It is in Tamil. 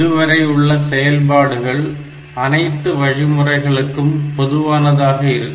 இதுவரை உள்ள செயல்பாடுகள் அனைத்து வழிமுறைகளுக்கும் பொதுவானதாக இருக்கும்